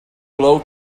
glow